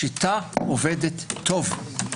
השיטה עובדת טוב.